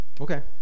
okay